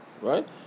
Right